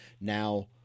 Now